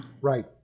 Right